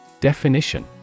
Definition